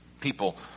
People